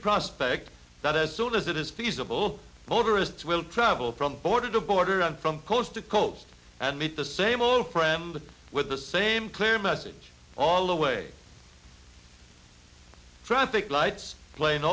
prospect that as soon as it is feasible motorists will travel from border to border and from coast to coast and meet the same old prem with the same clear message all the way traffic lights pla